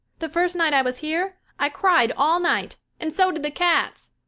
the first night i was here i cried all night, and so did the cats.